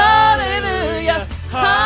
Hallelujah